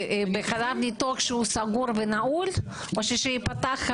בחדר ניתוח שהוא סגור ונעול או שייפתח?